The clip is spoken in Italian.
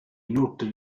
inoltre